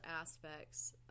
aspects